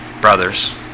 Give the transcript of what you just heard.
brothers